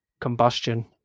combustion